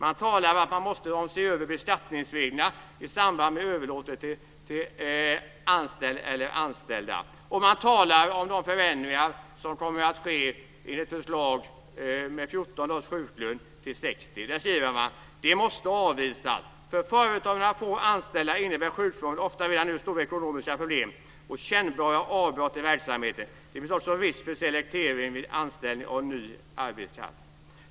Man talar om att man måste se över beskattningsreglerna i samband med överlåtelse till anställd eller anställda, och man talar om de förändringar som kommer att ske genom ett förslag om att gå från 14 dagars sjuklön till 60. Där skriver man: "Det måste avvisas. För företag med några få anställda innebär sjukfrånvaro ofta redan nu stora ekonomiska problem och kännbara avbrott i verksamheten. Det finns också risk för selektering vid anställning av ny arbetskraft."